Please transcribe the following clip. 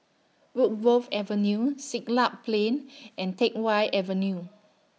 Woodgrove Avenue Siglap Plain and Teck Whye Avenue